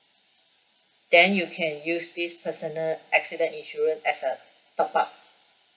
then you can use this personal accident insurance as a top up